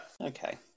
okay